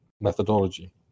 methodology